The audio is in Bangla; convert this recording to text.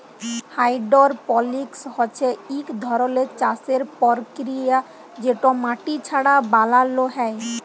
হাইডরপলিকস হছে ইক ধরলের চাষের পরকিরিয়া যেট মাটি ছাড়া বালালো হ্যয়